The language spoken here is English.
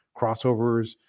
crossovers